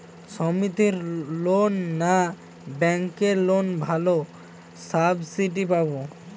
সমিতির লোন না ব্যাঙ্কের লোনে ভালো সাবসিডি পাব?